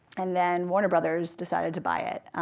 and then warner brothers decided to buy it.